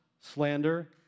slander